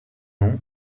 nom